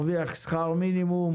והוא מרוויח שכר מינימום